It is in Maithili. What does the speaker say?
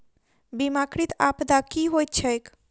बीमाकृत आपदा की होइत छैक?